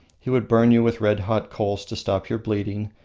he would burn you with red-hot coals to stop your bleeding,